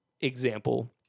example